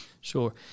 sure